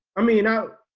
i mean out.